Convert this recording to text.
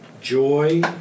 joy